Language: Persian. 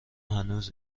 هنوز